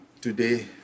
today